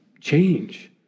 Change